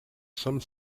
some